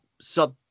sub